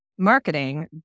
marketing